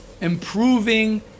improving